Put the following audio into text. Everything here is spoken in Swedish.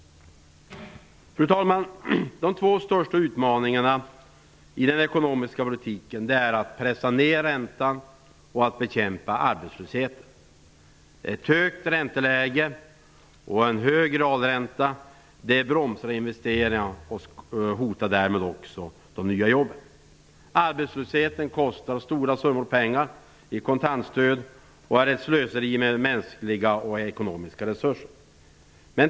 Fru talman! De två största utmaningarna i den ekonomiska politiken är att pressa ner räntan och att bekämpa arbetslösheten. Ett högt ränteläge och en hög realränta bromsar investeringarna och hotar därmed också de nya jobben. Arbetslösheten kostar stora summor pengar i kontantstöd och är ett slöseri med mänskliga och ekonomiska resurser.